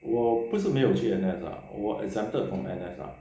我不是没有去 N_S ah 我 exempted from N_S ah